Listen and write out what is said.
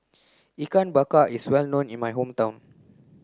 ikan bakar is well known in my hometown